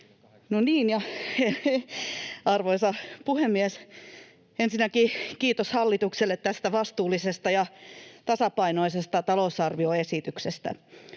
Arvoisa puhemies! Ensinnäkin kiitos hallitukselle tästä vastuullisesta ja tasapainoisesta talousarvioesityksestä.